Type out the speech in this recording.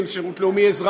ואם זה שירות לאומי-אזרחי,